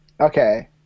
Okay